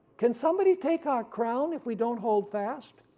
can somebody take our crown if we don't hold fast?